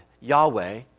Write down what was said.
Yahweh